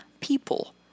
people